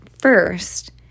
first